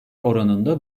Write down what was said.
oranında